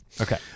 Okay